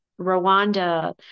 Rwanda